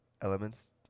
elements